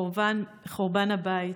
חורבן הבית.